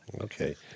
Okay